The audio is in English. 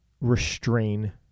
restrain